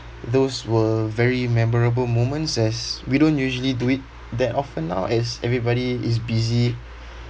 those were very memorable moments as we don't usually do it that often now as everybody is busy